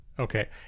Okay